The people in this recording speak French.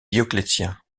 dioclétien